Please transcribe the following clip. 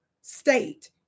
state